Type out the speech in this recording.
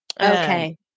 Okay